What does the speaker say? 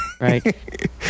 Right